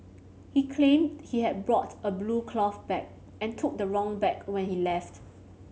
he claimed he had brought a blue cloth bag and took the wrong bag when he left